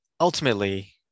ultimately